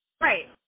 Right